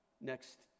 Next